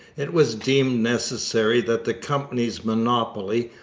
it was deemed necessary that the company's monopoly,